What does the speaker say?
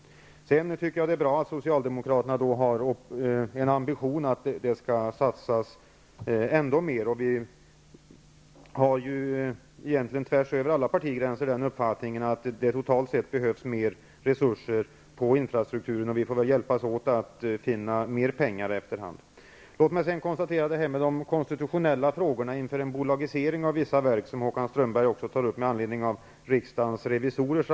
Jag tycker vidare att det är bra att socialdemokraterna har ambitionen att det skall satsas ändå mer. Vi har ju egentligen tvärs över alla partigränser den uppfattningen att det totalt sett behövs mer resurser för infrastrukturen. Vi får väl hjälpas åt att efter hand finna mer pengar. Håkan Strömberg tar bl.a. med anledning av en rapport från riksdagens revisorer upp de konstitutionella frågorna inför en bolagisering av vissa verk.